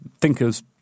thinkers